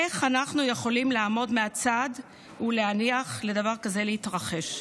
איך אנחנו יכולים לעמוד מהצד ולהניח לדבר כזה להתרחש?